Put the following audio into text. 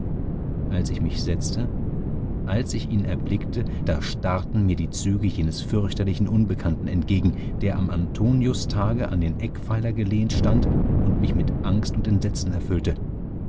als ich mich setzte als ich ihn erblickte da starrten mir die züge jenes fürchterlichen unbekannten entgegen der am antoniustage an den eckpfeiler gelehnt stand und mich mit angst und entsetzen erfüllte